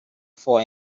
for